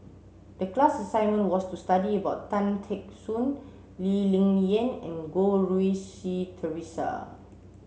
the class assignment was to study about Tan Teck Soon Lee Ling Yen and Goh Rui Si Theresa